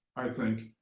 i think,